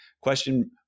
question